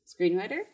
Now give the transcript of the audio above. screenwriter